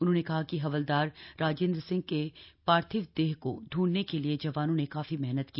उन्होंने कहा कि हवलदार राजेन्द्र सिंह के पार्थिव देह को ढ़ढ़ने के लिए जवानों ने काफी मेहनत की